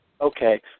Okay